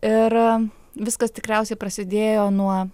ir viskas tikriausiai prasidėjo nuo